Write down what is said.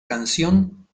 canción